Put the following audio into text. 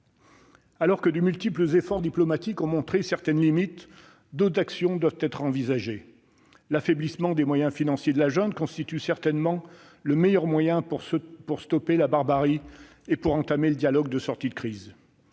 Alors que les multiples efforts diplomatiques ont montré certaines limites, d'autres actions doivent être envisagées. L'affaiblissement des moyens financiers de la junte constitue certainement le meilleur moyen pour stopper la barbarie et pour entamer un dialogue de sortie de crise.